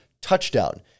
touchdown